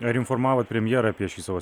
ar informavot premjerą apie šį savo